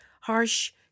harsh